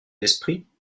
esprits